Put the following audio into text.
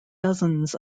dozens